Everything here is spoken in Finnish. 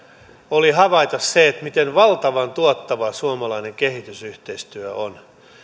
oli havaita se miten valtavan tuottava suomalainen kehitysyhteistyö on